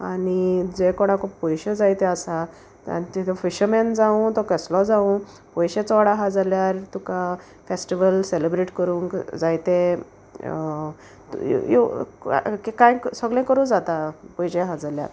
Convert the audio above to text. आनी जे कोणाको पोयशे जायते आसा तांचे ते फिशरमॅन जावूं तो केसलो जावूं पोयशे चोड आहा जाल्यार तुका फेस्टिवल सेलेब्रेट कोरूंक जायते कांय सोगळें कोरूं जाता पोयशे आहा जाल्यार